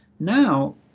Now